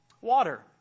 Water